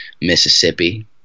Mississippi